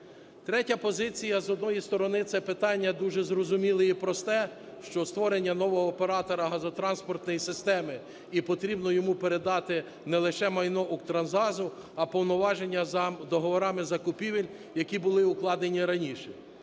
Третя позиція. З однієї сторони, це питання дуже зрозуміле і просте, що створення нового оператора газотранспортної системи і потрібно йому передати не лише майно "Укртрансгазу", а повноваження за договорами закупівель, які були укладені раніше.